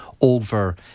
over